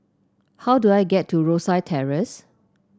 how do I get to Rosyth Terrace